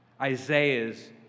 Isaiah's